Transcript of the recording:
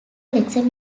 examinations